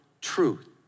truth